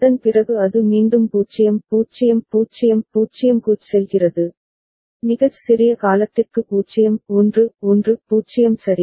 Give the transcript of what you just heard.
அதன் பிறகு அது மீண்டும் 0 0 0 0 க்குச் செல்கிறது மிகச் சிறிய காலத்திற்கு 0 1 1 0 சரி